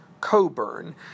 Coburn